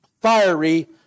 fiery